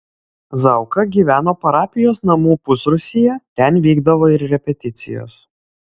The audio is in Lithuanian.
zauka gyveno parapijos namų pusrūsyje ten vykdavo ir repeticijos